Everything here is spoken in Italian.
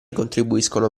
contribuiscono